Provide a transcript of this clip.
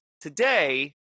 today